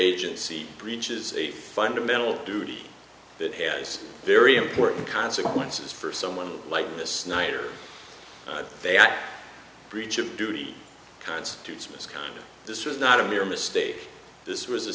agency breaches a fundamental duty that has very important consequences for someone like this night or they act breach of duty constitutes misconduct this was not a mere mistake this was a